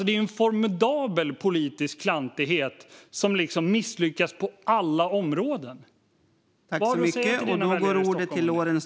Det är en formidabel politisk klantighet som misslyckas på alla områden. Vad har du att säga till dina väljare i Stockholm om det?